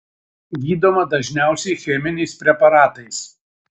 gydoma dažniausiai cheminiais preparatais